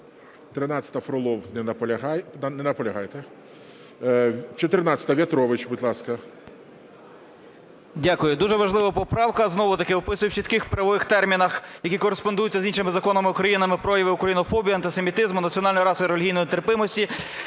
13, Фролов. Не наполягає. 14-а, В'ятрович. Будь ласка. 12:41:12 В’ЯТРОВИЧ В.М. Дякую. Дуже важлива поправка, знову таки виписує в чітких правових термінах, які кореспондуються з іншими законами України, прояви українофобії, антисемітизму, національної, расової і релігійної нетерпимості.